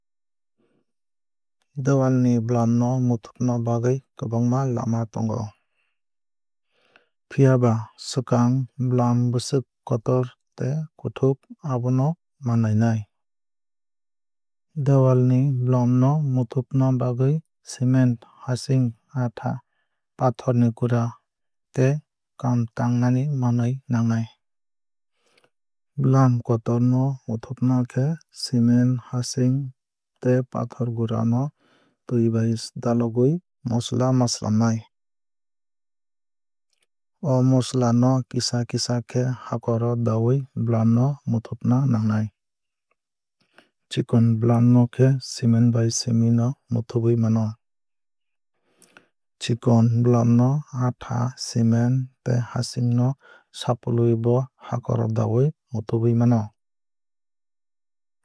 Dewal ni bwlam no muthupna bagwui kwbangma lama tongo. Phiaba swkang bwlam bwswk kotor tei kuthuk abono ma nainani. Dewal ni bwlam no muthupna bagwui cement haching atha pathor ni gura tei kaam tangnani manwui nagnai. Bwlam kotor no muthupna khe cement haching tei pathor gura no twui bai dalogwui mosola ma swlamnai. O mosola no kisa kisa khe hakor o dawui bwlam no muthupna nangnai. Chiokn bwlam no khe cement bai simi no muthubwui mano. Chikon bwlam no atha cement tei haching no sapulwui bo hakor o dawui muthpbwui mano.